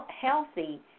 healthy